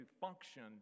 function